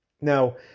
Now